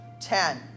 Ten